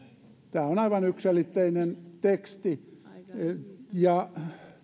tämä on aivan yksiselitteinen teksti